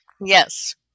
Yes